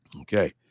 Okay